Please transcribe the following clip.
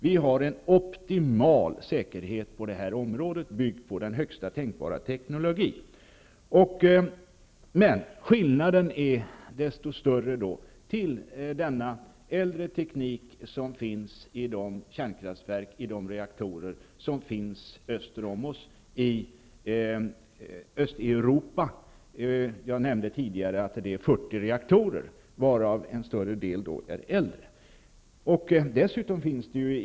Vi har en optimal säkerhet på det här området, en säkerhet som är byggd på den bästa tänkbara teknik. Skillnaden gentemot den äldre teknik som finns i kärnkraftsverken i Östeuropa -- tidigare nämnde jag att det rör sig om 40 reaktorer, varav en större del är äldre -- är desto större.